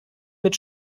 mit